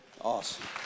Awesome